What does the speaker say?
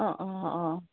অঁ অঁ অঁ